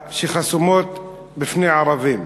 שחסומות בפני הערבים